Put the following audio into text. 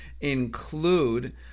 include